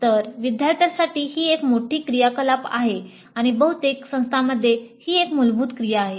तर विद्यार्थ्यांसाठी ही एक मोठी क्रियाकलाप आहे आणि बहुतेक संस्थांमध्ये ही एक मूलभूत क्रिया आहे